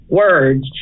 words